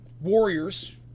warriors